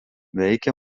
veikia